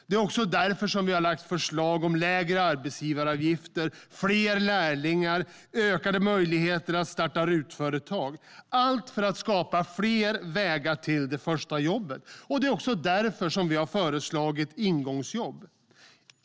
Det är också därför som vi har lagt förslag om lägre arbetsgivaravgifter, fler lärlingar och ökade möjligheter att starta RUT-företag - allt för att skapa fler vägar till det första jobbet. Det är också därför som vi har föreslagit ingångsjobb.